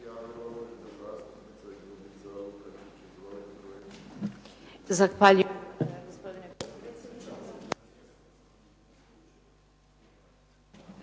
Hvala vam